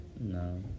No